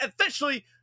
officially